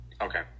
okay